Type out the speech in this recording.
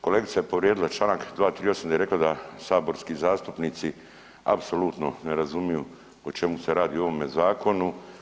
Kolegica je povrijedila čl. 238. jer je rekla da saborski zastupnici apsolutno ne razumiju o čemu se radi u ovome zakonu.